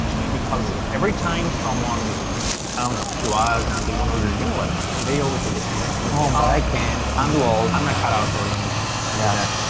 i mean because every time someone comes to us and they want to learn english, they always say the same. they say, i can't, i'm too old. i'm not cut out for languages. yes.